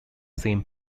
same